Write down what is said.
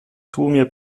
tłumie